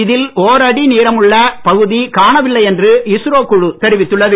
இதில் ஓர் அடி நீளமுள்ள பகுதி காணவில்லை என்று இஸ்ரோ குழு தெரிவித்துள்ளது